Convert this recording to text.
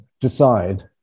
decide